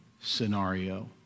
scenario